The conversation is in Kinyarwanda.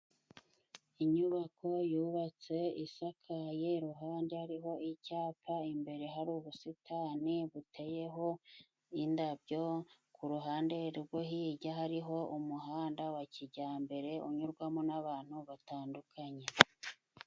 Inyubako yubatse isakaye, iruhande hariho icyapa, imbere hari ubusitani buteyeho indabyo, ku ruhande rwo hirya hariho umuhanda wa kijyambere, unyurwamo n'abantu batandukanye.